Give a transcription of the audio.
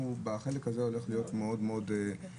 בחלק הזה זה הולך להיות מאוד מאוד דומיננטי.